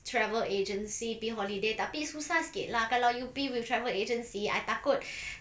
travel agency pi holiday tapi susah sikit lah kalau you pi with travel agency I takut